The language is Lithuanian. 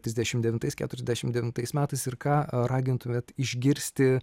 trisdešimt devintais keturiasdešimt devintais metais ir ką ragintumėte išgirsti